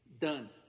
Done